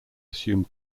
assume